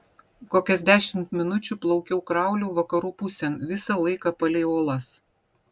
kokias dešimt minučių plaukiau krauliu vakarų pusėn visą laiką palei uolas